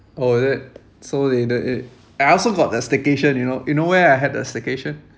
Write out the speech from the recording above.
oh is it so it the it I also got the staycation you know you know where I had the staycation